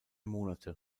monate